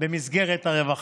במסגרת הרווחה.